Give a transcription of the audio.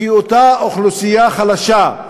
כי אותה אוכלוסייה חלשה,